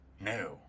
No